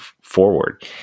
forward